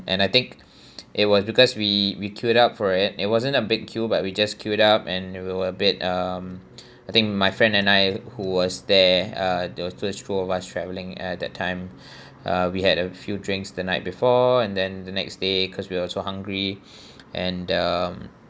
and I think it was because we we queued up for it it wasn't a big queue but we just queued up and we were a bit um I think my friend and I who was there uh they do a research for travelling at that time uh we had a few drinks the night before and then the next day cause we were so hungry and um